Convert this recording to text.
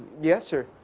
yes, sir.